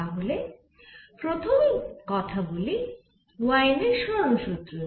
তাহলে প্রথমে কথা বলি ওয়েইনের সরণ সুত্র নিয়ে